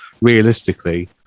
realistically